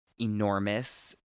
enormous